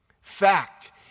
Fact